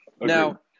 Now